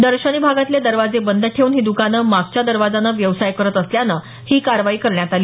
दर्शनी भागातले दरवाजे बंद ठेवून ही दुकानं मागच्या दरवाजानं व्यवसाय करत असल्यानं ही कारवाई करण्यात आली